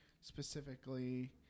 specifically